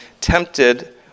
tempted